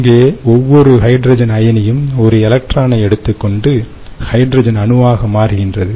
இங்கே ஒவ்வொரு ஹைட்ரஜன் அயனியும் ஒரு எலக்ட்ரானை எடுத்துக்கொண்டு ஹைட்ரஜன் அணுவாக மாறுகின்றது